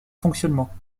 fonctionnement